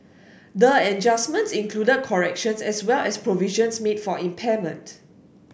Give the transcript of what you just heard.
the adjustments included corrections as well as provisions made for impairment